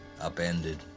Upended